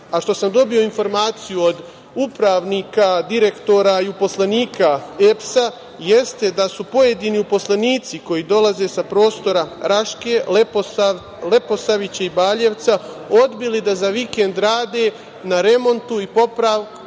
a što sam dobio informaciju od upravnika, direktora i uposlenika EPS-a jeste da su pojedini uposlenici koji dolaze sa prostora Raške, Leposavića i Baljevca odbili da za vikend rade na remontu i popravci